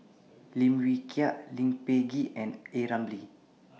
Lim Wee Kiak Lee Peh Gee and A Ramli